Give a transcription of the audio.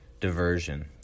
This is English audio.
diversion